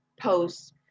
posts